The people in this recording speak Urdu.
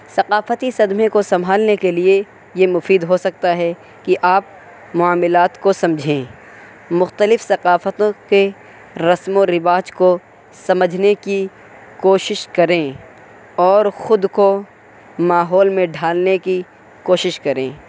ثقافتی صدمے کو سنبھالنے کے لیے یہ مفید ہو سکتا ہے کہ آپ معاملات کو سمجھیں مختلف ثقافتوں کے رسم و رواج کو سمجھنے کی کوشش کریں اور خود کو ماحول میں ڈھالنے کی کوشش کریں